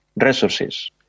resources